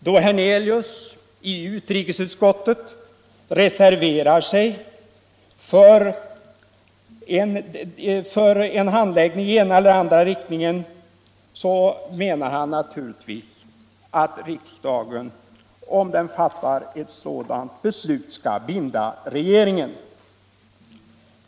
Då herr Hernelius i utrikesutskottet reserverar sig för en handläggning i den ena eller andra riktningen menar han naturligtvis att riksdagen, om den fattar verksamheten 60 ett sådant beslut, skall binda regeringen.